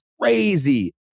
crazy